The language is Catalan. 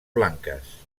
blanques